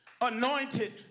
anointed